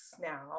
now